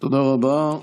תודה רבה.